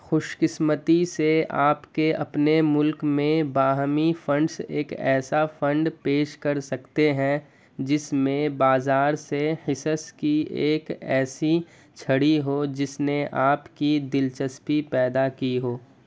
خوش قسمتی سے آپ کے اپنے ملک میں باہمی فنڈس ایک ایسا فنڈ پیش کر سکتے ہیں جس میں بازار سے حصص کی ایک ایسی چھڑی ہو جس نے آپ کی دلچسپی پیدا کی ہو